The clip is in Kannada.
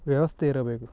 ವ್ಯವಸ್ಥೆ ಇರಬೇಕು